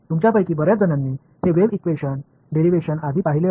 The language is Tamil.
மிகவும் எளிமையான உங்களில் பலர் இந்த அலை சமன்பாடு டெரிவேஸன் முன்பே பார்த்திருக்கலாம்